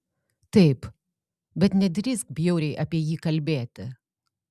taip bet nedrįsk bjauriai apie jį kalbėti